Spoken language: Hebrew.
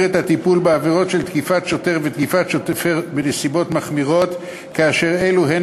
את הטיפול בעבירות של תקיפת שוטר בנסיבות מחמירות כאשר אלו הן